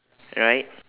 right